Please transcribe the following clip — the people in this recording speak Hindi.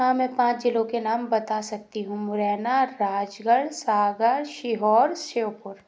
हाँ मैं पाँच ज़िलों के नाम बता सकती हूँ मुरैना राजगढ़ सागर सीहोर शिवपुर